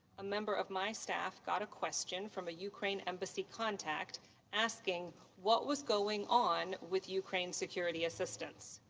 a member of my staff got a question from ukraine embassy contact asking what was going on with ukraine security assistance.